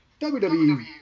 WWE